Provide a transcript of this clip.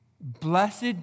Blessed